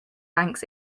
banks